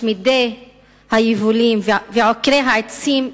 משמידי היבולים ועוקרי העצים,